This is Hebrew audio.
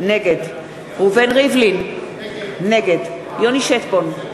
נגד ראובן ריבלין, נגד יוני שטבון,